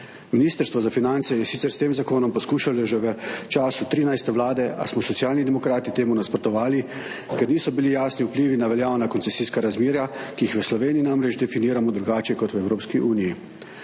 Ministrstvo za finance je sicer s tem zakonom poskušalo že v času 13. vlade, a smo Socialni demokrati temu nasprotovali, ker niso bili jasni vplivi na veljavna koncesijska razmerja, ki jih v Sloveniji namreč definiramo drugače kot v Evropski uniji.